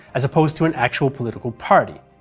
as opposed to an actual political party.